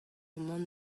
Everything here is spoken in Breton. mann